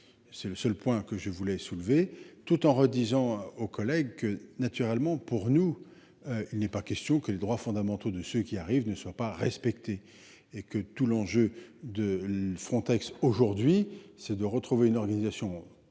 C'est le seul point que je voulais soulever tout en redisant aux collègues que naturellement pour nous. Il n'est pas question que les droits fondamentaux de ce qui arrive ne soit pas respectée et que tout l'enjeu de Frontex aujourd'hui c'est de retrouver une organisation sincèrement